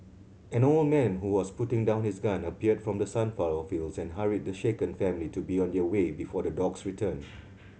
an old man who was putting down his gun appeared from the sunflower fields and hurried the shaken family to be on their way before the dogs return